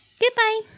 Goodbye